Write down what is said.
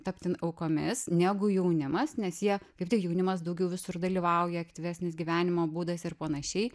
tapti aukomis negu jaunimas nes jie kaip tik jaunimas daugiau visur dalyvauja aktyvesnis gyvenimo būdas ir panašiai